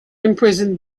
imprison